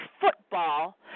football